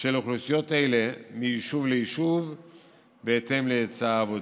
של אוכלוסיות אלה מיישוב ליישוב בהתאם להיצע העבודה.